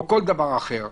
כמו כל דבר אחר.